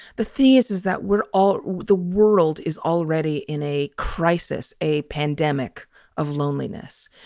the thing is, is that we're all the world is already in a crisis, a pandemic of loneliness.